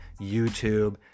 YouTube